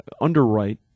underwrite